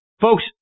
Folks